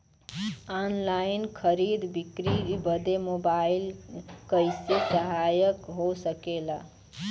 Online खरीद बिक्री बदे मोबाइल कइसे सहायक हो सकेला?